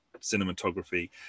cinematography